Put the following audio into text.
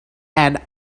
and